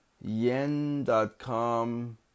yen.com